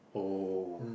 oh